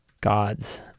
gods